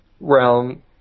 realm